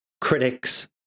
critics